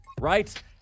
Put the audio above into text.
right